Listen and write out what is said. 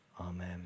Amen